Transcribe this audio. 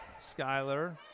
Skyler